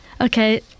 Okay